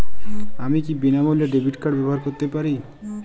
আমি কি বিনামূল্যে ডেবিট কার্ড ব্যাবহার করতে পারি?